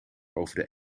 over